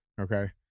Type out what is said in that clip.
Okay